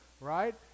right